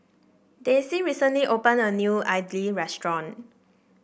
Dayse recently opened a new idly restaurant